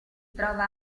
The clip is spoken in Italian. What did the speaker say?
trova